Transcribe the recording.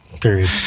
Period